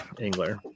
angler